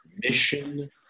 mission